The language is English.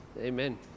Amen